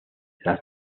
las